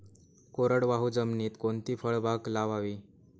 कोरडवाहू जमिनीत कोणती फळबाग लावावी?